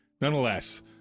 nonetheless